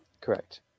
Correct